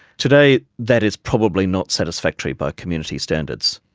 today that is probably not satisfactory by community standards,